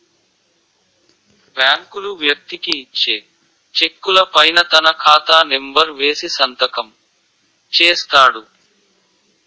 బ్యాంకులు వ్యక్తికి ఇచ్చే చెక్కుల పైన తన ఖాతా నెంబర్ వేసి సంతకం చేస్తాడు